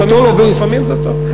לפעמים לא ולפעמים זה טוב.